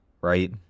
right